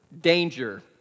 Danger